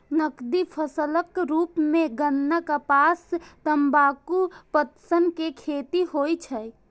नकदी फसलक रूप मे गन्ना, कपास, तंबाकू, पटसन के खेती होइ छै